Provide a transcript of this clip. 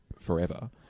forever